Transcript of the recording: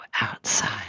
outside